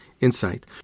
insight